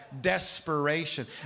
desperation